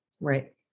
Right